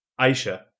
Aisha